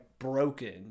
broken